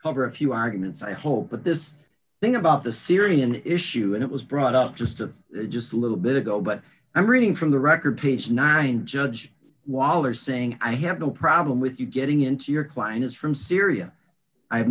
over a few arguments i hope but this thing about the syrian issue and it was brought up just of just a little bit ago but i'm reading from the record page nine judge waller saying i have no problem with you getting into your client is from syria i have